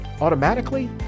automatically